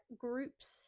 groups